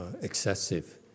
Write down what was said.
excessive